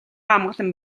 амгалан